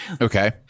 Okay